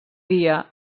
dia